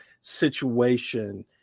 situation